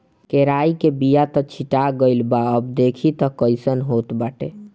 केराई के बिया त छीटा गइल बा अब देखि तअ कइसन होत बाटे